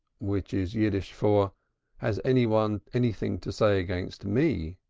which is yiddish for has any one anything to say against me?